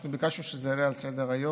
אנחנו ביקשנו שזה יעלה לסדר-היום,